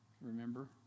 remember